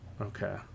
Okay